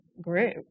group